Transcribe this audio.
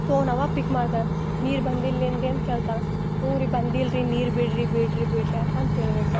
phone ಅವ pick ಮಾಡ್ದ ನೀರು ಬಂದಿಲ್ಲೆಂದೇನು ಕೇಳ್ತಾನೆ ಹ್ಞೂ ರಿ ಬಂದಿಲ್ರಿ ನೀರು ಬಿಡ್ರಿ ಬಿಡ್ರಿ ಬಿಡ್ರಿ ಅಂತಂತ ಹೇಳ್ಬೇಕು